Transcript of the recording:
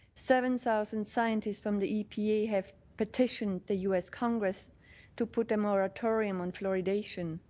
seven thousand scientists from the epa have petitioned the u s. congress to put a moratorium on fluoridation.